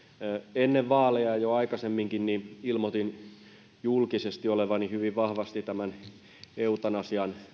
ennen vaaleja jo aikaisemminkin ilmoitin julkisesti olevani hyvin vahvasti eutanasian